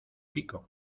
pico